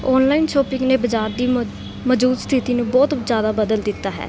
online shopping ਨੇ ਬਾਜ਼ਾਰ ਦੀ ਮ ਮੌਜੂਦ ਸਥਿਤੀ ਨੂੰ ਬਹੁਤ ਜ਼ਿਆਦਾ ਬਦਲ ਦਿੱਤਾ ਹੈ